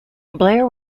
blair